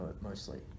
mostly